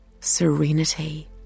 serenity